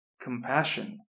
Compassion